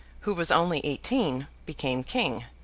who was only eighteen, became king.